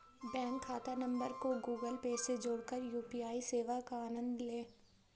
bank खाता number को Google Pay से जोड़कर यू.पी.आई सेवा का आनंद लें